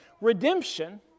Redemption